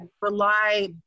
rely